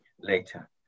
later